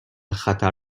خطر